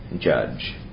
judge